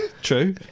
True